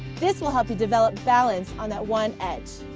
this will help you develop balance on that one edge.